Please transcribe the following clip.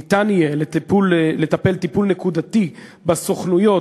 ניתן יהיה לטפל טיפול נקודתי בסוכנויות